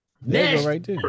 next